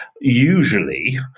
usually